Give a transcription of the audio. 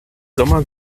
sommer